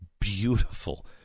beautiful